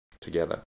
together